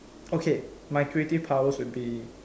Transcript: okay my creative powers would be